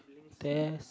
there's